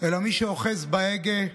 אלא מי שאוחז בהגה,